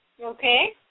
Okay